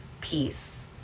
peace